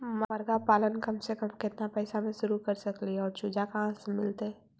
मरगा पालन कम से कम केतना पैसा में शुरू कर सकली हे और चुजा कहा से मिलतै?